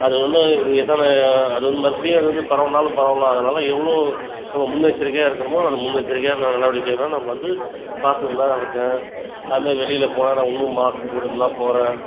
அது வந்து எத்தனை அது வந்து மறுபடியும் அது வந்து பரவினாலும் பரவலாம் அதனால் எவ்வளோ நம்ம முன்னெச்சரிக்கையாக இருக்கணுமோ அது முன்னெச்சரிக்கையான நடவடிக்கையெலாம் நம்ம வந்து பார்த்துன்னுதான் இருக்கேன் அதை மாரி வெளியில் போனால் நான் இன்னும் மாஸ்க் போட்டுன்னுதான் போகிறேன்